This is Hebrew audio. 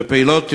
בפעילות טרור,